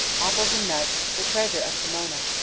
apples and nuts, the treasure of pomona,